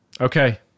Okay